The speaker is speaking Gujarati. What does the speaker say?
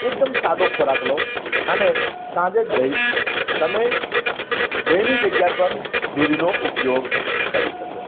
એકદમ સાદો ખોરાક લો અને સાંજે દહીં તમે દહીંની જગ્યા પર દૂધનો ઉપયોગ કરી શકો છો